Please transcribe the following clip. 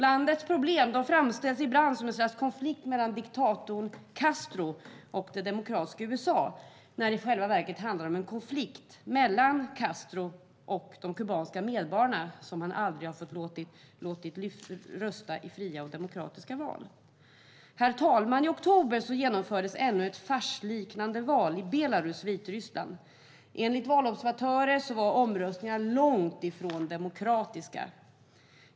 Landets problem framställs ibland som något slags konflikt mellan diktatorn Castro och det demokratiska USA, när det i själva verket handlar om en konflikt mellan Castro och de kubanska medborgarna som han aldrig har låtit rösta i fria och demokratiska val. Herr talman! I oktober genomfördes ännu ett farsliknande val i Belarus - Vitryssland. Enligt valobservatörer var omröstningarna långt ifrån demokratiska.